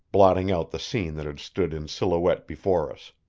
blotting out the scene that had stood in silhouette before us.